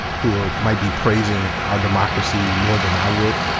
who might be praising our democracy more than i would.